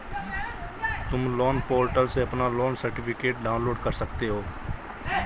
तुम loan portal से अपना लोन सर्टिफिकेट डाउनलोड कर सकते हो